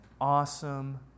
awesome